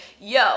yo